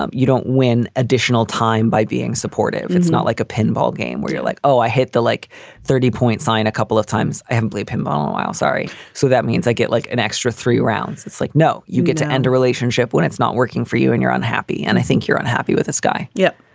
um you don't win additional time by being supportive. it's not like a pinball game where you're like, oh, i hit the like thirty point sign a couple of times i pinball while sorry. so that means i get like an extra three rounds. it's like, no, you get to end a relationship when it's not working for you and you're unhappy. and i think you're unhappy with this guy. yeah.